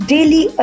Daily